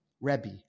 Rebbe